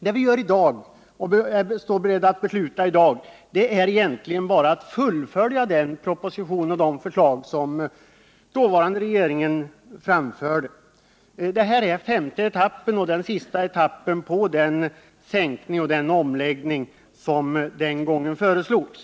Det beslut vi står beredda att fatta i dag är egentligen bara ett fullföljande av den proposition som den dåvarande regeringen framlade. Det här är femte 117 och sista etappen av den omläggning som den gången föreslogs.